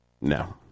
no